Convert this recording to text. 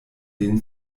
den